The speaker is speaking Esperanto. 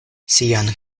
sian